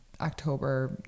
October